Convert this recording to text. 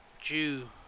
Jew